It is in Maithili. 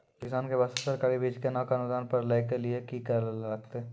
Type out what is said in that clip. किसान के बास्ते सरकारी बीज केना कऽ अनुदान पर लै के लिए की करै लेली लागतै?